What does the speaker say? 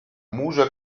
muso